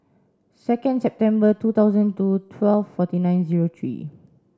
second September two thousand two twelve forty nine zero three